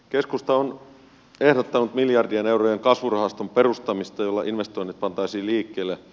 keskusta on ehdottanut miljardien eurojen kasvurahaston perustamista jolla investoinnit pantaisiin liikkeelle